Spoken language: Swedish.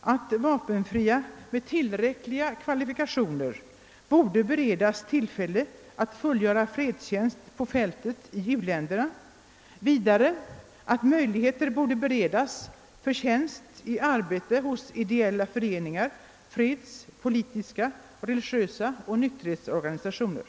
att vapenfria med tillräckliga kvalifikationer borde beredas tillfälle att fullgöra fredstjänst på fältet i u-länderna, vidare att möjligheter borde beredas för tjänst hos ideella föreningar — fredsorganisationer, politiska och religiösa organisationer samt nykterhetsorganisationer.